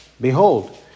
Behold